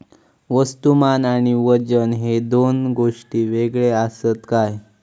वस्तुमान आणि वजन हे दोन गोष्टी वेगळे आसत काय?